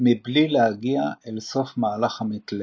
מבלי להגיע אל סוף מהלך המתלה